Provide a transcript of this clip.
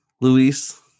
Luis